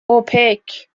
اوپک